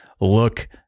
look